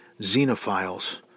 Xenophiles